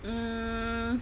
mm